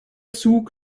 zug